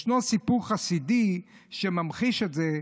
ישנו סיפור חסידי שממחיש את זה,